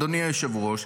אדוני היושב-ראש,